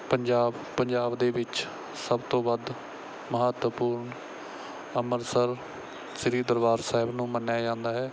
ਪੰਜਾਬ ਪੰਜਾਬ ਦੇ ਵਿੱਚ ਸਭ ਤੋਂ ਵੱਧ ਮਹੱਤਵਪੂਰਨ ਅੰਮ੍ਰਿਤਸਰ ਸ਼੍ਰੀ ਦਰਬਾਰ ਸਾਹਿਬ ਨੂੰ ਮੰਨਿਆ ਜਾਂਦਾ ਹੈ